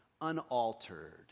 unaltered